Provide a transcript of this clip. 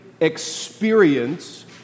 experience